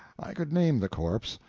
i could name the corpse.